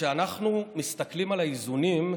וכשאנחנו מסתכלים על האיזונים,